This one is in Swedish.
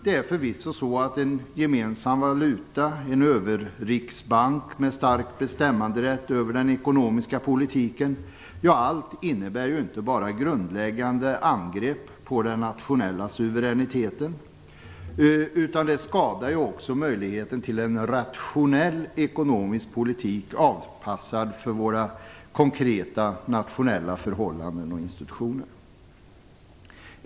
Det är förvisso så, att en gemensam valuta, en överriksbank med stark bestämmanderätt över den ekonomiska politiken inte bara innebär grundläggande angrepp på den nationella suveräniteten utan det skadar också möjligheten till en rationell ekonomisk politik, avpassad för våra konkreta nationella förhållanden och institutioner.